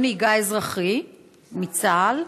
רישיון נהיגה אזרחי מצה"ל?